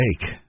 take